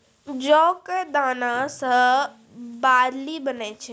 जौ कॅ दाना सॅ बार्ली बनै छै